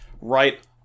right